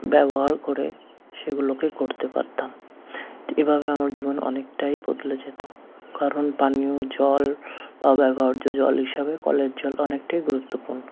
ব্যবহার করে সেগুলোকে করতে পারতাম এভাবে আমার জীবন অনেকটাই বদলে যেতো কারণ পানীয় জল বা ব্যবহার্য জল হিসাবে কলের জল অনেকটাই গুরুত্বপূর্ণ